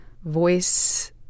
voice